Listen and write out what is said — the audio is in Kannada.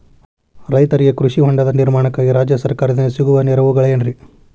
ರೈತರಿಗೆ ಕೃಷಿ ಹೊಂಡದ ನಿರ್ಮಾಣಕ್ಕಾಗಿ ರಾಜ್ಯ ಸರ್ಕಾರದಿಂದ ಸಿಗುವ ನೆರವುಗಳೇನ್ರಿ?